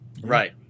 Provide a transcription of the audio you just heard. Right